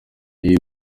iyi